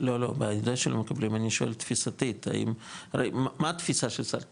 אני שואל תפיסתית, הרי, מה התפיסה של סל קליטה?